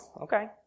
okay